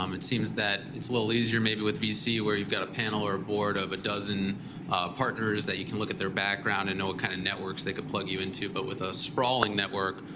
um it seems that it's a little easier maybe with vc, where you've got a panel or a board of a dozen partners that you can look at their background and know what kind of networks they could plug you into. but with a sprawling network,